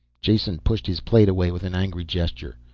jason pushed his plate away with an angry gesture.